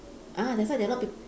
ah that's why a lot of peop~